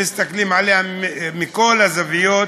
שאם מסתכלים עליה מכל הזוויות,